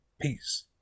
peace